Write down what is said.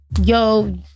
yo